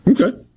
Okay